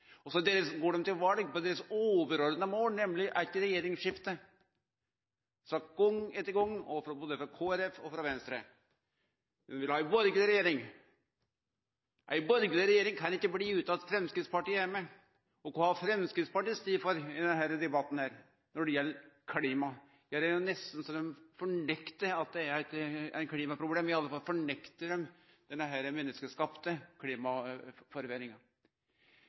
meir. Så går dei til val på eit overordna mål, nemleg eit regjeringsskifte. Både Kristeleg Folkeparti og Venstre har sagt gong etter gong at dei vil ha ei borgarleg regjering. Men det kan ikkje bli ei borgarleg regjering utan at Framstegspartiet er med. Og kva er det Framstegspartiet står for i denne debatten når det gjeld klima? Det er jo nesten så dei fornektar at det finst klimaproblem, i alle fall fornektar dei den menneskeskapte